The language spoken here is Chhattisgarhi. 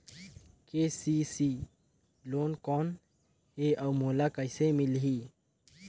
के.सी.सी लोन कौन हे अउ मोला कइसे मिलही?